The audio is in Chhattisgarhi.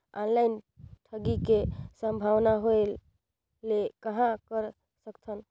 ऑनलाइन ठगी के संभावना होय ले कहां कर सकथन?